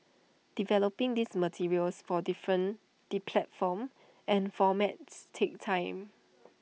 developing these materials for different the platforms and formats takes time